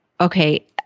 okay